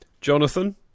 Jonathan